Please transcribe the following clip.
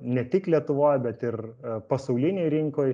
ne tik lietuvoj bet ir pasaulinėj rinkoj